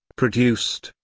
produced,